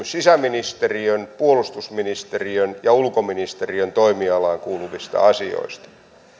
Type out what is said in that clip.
sisäministeriön puolustusministeriön ja ulkoministe riön toimialaan kuuluvista asioista